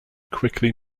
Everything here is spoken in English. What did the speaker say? quickly